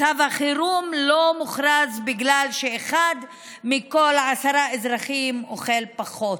מצב החירום לא מוכרז בגלל שאחד מכל עשרה אזרחים אוכל פחות.